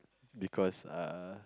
because uh